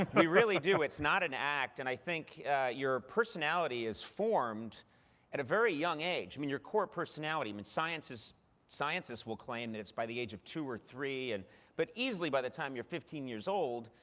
we really do. it's not an act. and i think your personality is formed at a very young age. i mean, your core personality scientists scientists will claim that it's by the age of two or three, and but easily by the time you're fifteen years old,